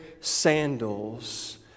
sandals